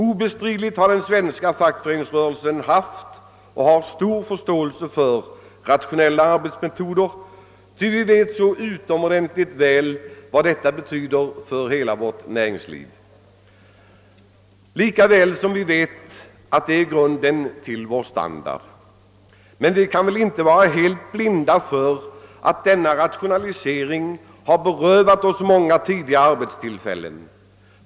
Obestridligt är att den svenska fackföreningsrörelsen haft och har stor förståelse för rationella arbetsmetoder, ty vi vet så utomordentligt väl vad de betyder för hela vårt näringsliv, lika väl som vi vet att de är grunden för vår standard. Men vi kan väl inte vara helt blinda för att denna rationalisering har berövat oss många tidigare arbetstillfällen.